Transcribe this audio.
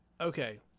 okay